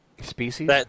Species